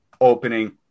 opening